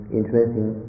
interesting